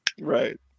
Right